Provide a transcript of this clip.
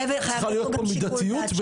צריכה להיות פה מידתיות,